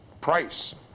price